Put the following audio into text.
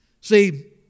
See